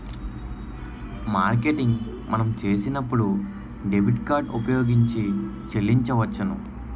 marketing మనం చేసినప్పుడు debit card ఉపయోగించి చెల్లించవచ్చును